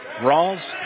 Rawls